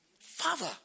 Father